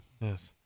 Yes